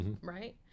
Right